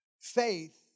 Faith